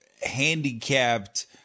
handicapped